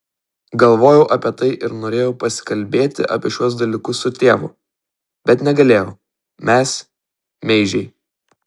galvojau apie tai ir norėjau pasikalbėti apie šiuos dalykus su tėvu bet negalėjau mes meižiai